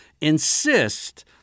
insist